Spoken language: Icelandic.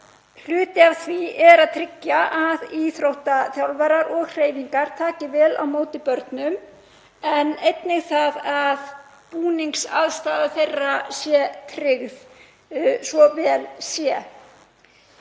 hluti af því er að tryggja að íþróttaþjálfarar og íþróttahreyfingar taki vel á móti börnum en einnig að búningsaðstaða þeirra sé tryggð svo að vel sé.